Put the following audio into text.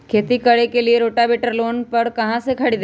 खेती करने के लिए रोटावेटर लोन पर कहाँ से खरीदे?